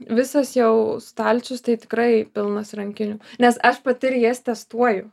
visas jau stalčius tai tikrai pilnas rankinių nes aš pati ir jas testuoju